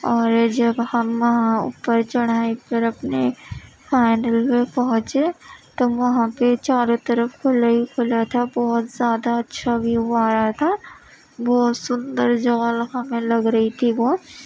اور جب ہم وہاں اوپر چڑھائی پر اپنے فائنل پہ پہنچے تو وہاں پہ چاروں طرف کھلا ہی کھلا تھا بہت زیادہ اچھا ویو آ رہا تھا بہت سندر جگہ ہمیں لگ رہی تھی وہ